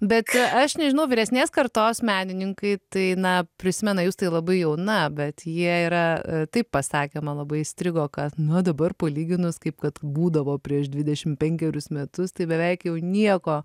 bet aš nežinau vyresnės kartos menininkai tai na prisimena jus tai labai jauna bet jie yra taip pasakė man labai įstrigo kad nu dabar palyginus kaip kad būdavo prieš dvidešimt penkerius metus tai beveik jau nieko